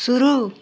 शुरू